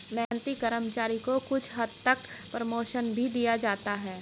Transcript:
मेहनती कर्मचारी को कुछ हद तक प्रमोशन भी दिया जाता है